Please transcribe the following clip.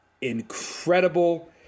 incredible